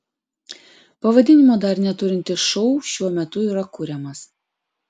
pavadinimo dar neturintis šou šiuo metu yra kuriamas